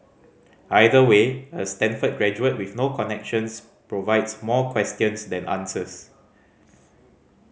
either way a Stanford graduate with no connections provides more questions than answers